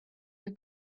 your